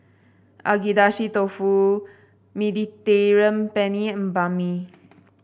Agedashi Dofu Mediterranean Penne and Banh Mi